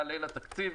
היה ליל התקציב,